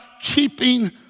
keeping